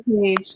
page